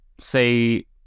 say